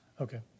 Okay